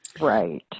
Right